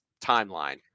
timeline